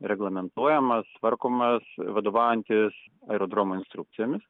reglamentuojamas tvarkomas vadovaujantis aerodromo instrukcijomis